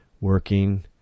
working